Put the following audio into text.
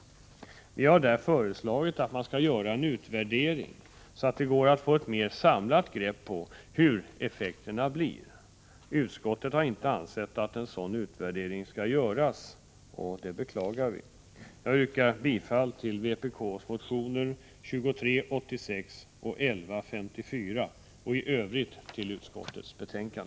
Vi har där föreslagit att man skall göra en utvärdering för att få ett mer samlat grepp över vilka effekterna blir. Utskottet har inte ansett att en sådan utvärdering skall göras, vilket vi beklagar. Jag yrkar bifall till vpk:s motioner 2386 och 1154 och i övrigt till utskottets hemställan.